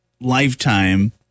lifetime